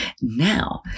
Now